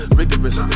rigorous